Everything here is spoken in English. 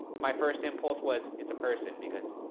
my first impulse was it's a person, because